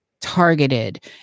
targeted